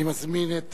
אני מזמין את